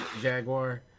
Jaguar